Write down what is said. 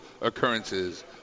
occurrences